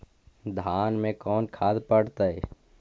धान मे कोन खाद पड़तै?